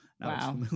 Wow